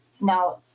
now